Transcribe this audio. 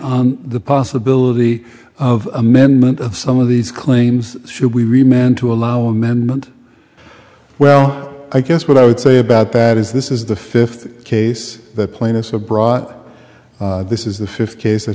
on the possibility of amendment of some of these claims should we re men to allow amendment well i guess what i would say about that is this is the fifth case that plaintiffs abroad this is the fifth case that